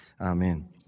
amen